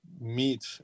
meet